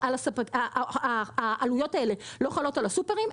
היום העלויות לא חלות על הסופרים,